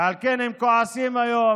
ועל כן הם כועסים היום,